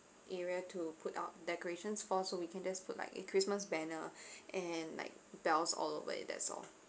area to put up decorations for so we can just put like a christmas banner and like bells all over it that's all